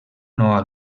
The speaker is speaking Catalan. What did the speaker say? nova